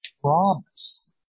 promise